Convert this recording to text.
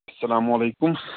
السلامُ علیکُم